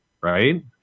right